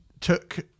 took